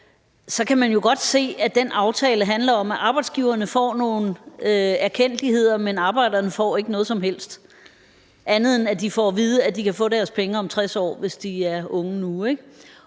så kan man jo godt se, at den aftale handler om, at arbejdsgiverne får nogle fordele, mens arbejderne ikke får noget som helst, andet end at dem, der er unge nu, får at vide, at de kan få deres penge om 60 år. Jeg kunne